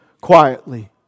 quietly